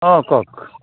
অ কওক